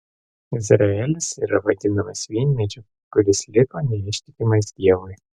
izraelis yra vadinamas vynmedžiu kuris liko neištikimas dievui